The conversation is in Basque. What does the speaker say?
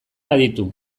aditu